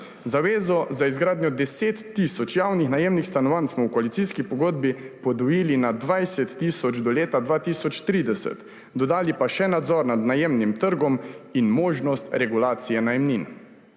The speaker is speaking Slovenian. Zavezo za izgradnjo 10 tisoč javnih najemnih stanovanj smo v koalicijski pogodbi podvojili na 20 tisoč do leta 2030, dodali pa še nadzor nad najemnim trgom in možnost regulacije najemnin.